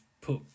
put